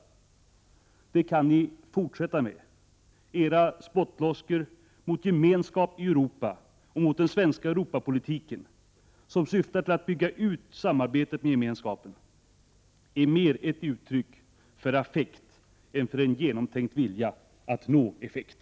Det kan ni fortsätta med! Era spottloskor mot gemenskap i Europa och mot den svenska Europapolitiken, som syftar till att bygga ut samarbetet med Gemenskapen, är mer ett uttryck för affekt än för en genomtänkt vilja att nå effekt.